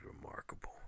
remarkable